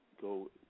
go